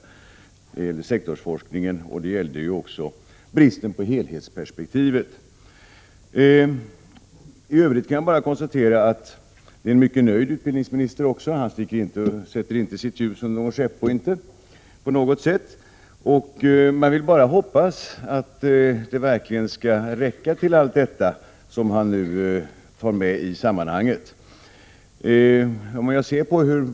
Det gällde sektorsforskningen och bristen på helhetsperspektiv. I övrigt kan jag bara konstatera att det också är en mycket nöjd utbildningsminister. Han sätter inte på något sätt sitt ljus under ena skäppo. Jag vill bara hoppas att resurserna verkligen skall räcka till allt det som han nu tar med i sammanhanget.